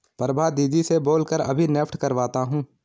प्रभा दीदी से बोल कर अभी नेफ्ट करवाता हूं